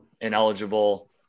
ineligible